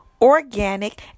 organic